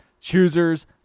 choosers